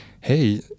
hey